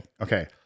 Okay